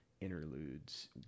interludes